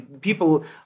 People